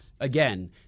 Again